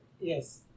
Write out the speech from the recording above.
yes